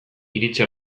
iritzi